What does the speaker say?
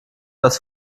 das